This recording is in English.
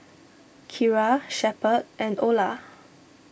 Keira Shepherd and Ola